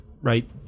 right